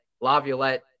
LaViolette